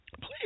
please